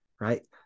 right